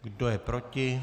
Kdo je proti?